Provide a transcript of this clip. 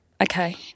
Okay